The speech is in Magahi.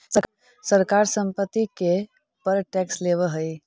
सरकार संपत्ति के पर टैक्स लेवऽ हई